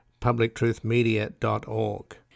publictruthmedia.org